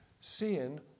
Sin